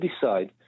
decide